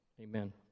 Amen